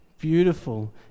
beautiful